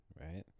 right